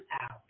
out